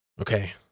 Okay